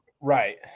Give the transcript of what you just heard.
Right